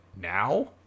now